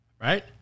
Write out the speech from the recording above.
right